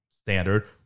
standard